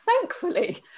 thankfully